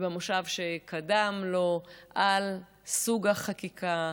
ובמושב שקדם לו, בסוג החקיקה,